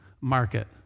market